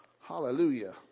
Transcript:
Hallelujah